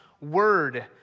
word